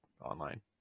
online